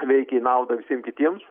veikia į naudą visiem kitiems